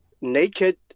Naked